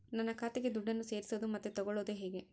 ನನ್ನ ಖಾತೆಗೆ ದುಡ್ಡನ್ನು ಸೇರಿಸೋದು ಮತ್ತೆ ತಗೊಳ್ಳೋದು ಹೇಗೆ?